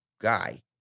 guy